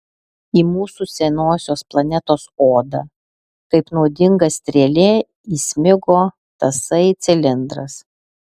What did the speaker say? į mūsų senosios planetos odą kaip nuodinga strėlė įsmigo tasai cilindras